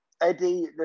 Eddie